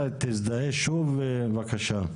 בבקשה.